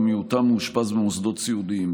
ומיעוטם מאושפזים במוסדות סיעודיים.